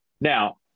Now